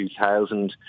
2000